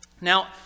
Now